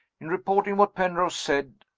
in reporting what penrose said,